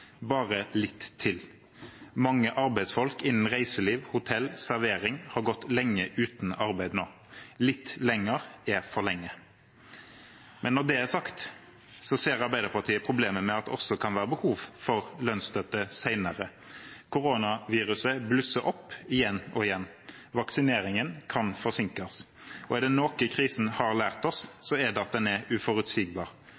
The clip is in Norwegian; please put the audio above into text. bare litt til. Mange arbeidsfolk innen reiseliv, hotell og servering har gått lenge uten arbeid nå. Litt lenger er for lenge. Når det er sagt, ser Arbeiderpartiet problemet med at det også kan være behov for lønnsstøtte senere. Koronaviruset blusser opp igjen og igjen. Vaksineringen kan forsinkes. Og er det noe krisen har lært